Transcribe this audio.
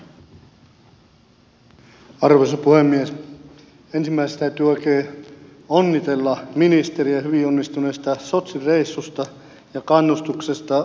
ensimmäiseksi täytyy oikein onnitella ministeriä hyvin onnistuneesta sotsin reissusta ja kannustuksesta jääkiekkojoukkueelle siellä